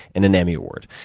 and an emmy award.